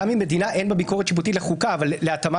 גם אם במדינה אין ביקורת שיפוטית לחוקה אבל להתאמה